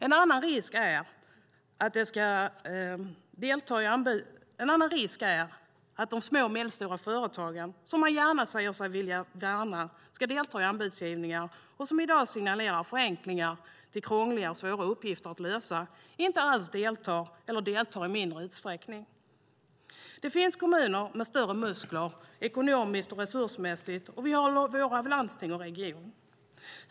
En annan risk är att de små och medelstora företag som man säger att man gärna vill ska delta i anbudsgivningar, och som i dag signalerar förenklingar av krångliga och svåra uppgifter, inte alls deltar eller deltar i mindre utsträckning. Det finns kommuner med större muskler ekonomiskt och resursmässigt, och vi har våra landsting och regioner.